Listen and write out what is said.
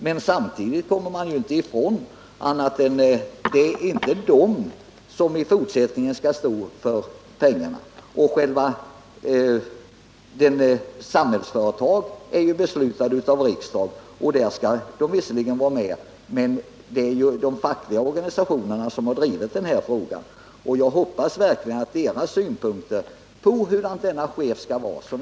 Men samtidigt kommer man inte ifrån att det inte är Landstingsförbundet som i fortsättningen skall stå för pengarna eller att beslutet om inrättandet av Stiftelsen Samhällsföretag fattades av riksdagen. Visserligen skall Landstingsförbundet medverka i Stiftelsen Samhällsföretags verksamhet, men det är de fackliga organisationerna som har drivit denna fråga. Och jag hoppas verkligen att deras synpunkter på hur chefen skall vara beaktas.